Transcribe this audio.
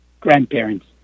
grandparents